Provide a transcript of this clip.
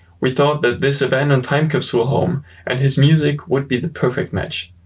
we thought this abandoned time capsule home and his music would be the perfect match.